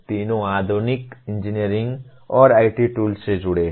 तीनों आधुनिक इंजीनियरिंग और IT टूल्स से जुड़े हैं